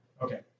Okay